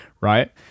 right